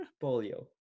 polio